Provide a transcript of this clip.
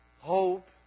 hope